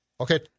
Okay